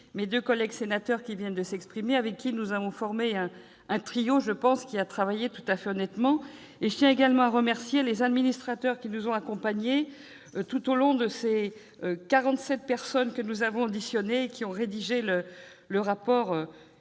mes deux collègues qui viennent de s'exprimer. Ensemble, nous avons formé un trio qui, je le pense, a travaillé tout à fait honnêtement. Je tiens également à remercier les administrateurs qui nous ont accompagnés tout au long de ces quarante-sept auditions et qui ont rédigé le rapport